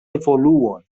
evoluon